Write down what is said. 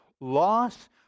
loss